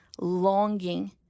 longing